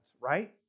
Right